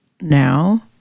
now